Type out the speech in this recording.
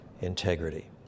integrity